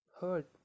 hurt